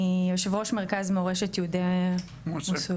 יושב ראש מרכז מורשת יהודי מוסול.